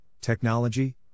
technology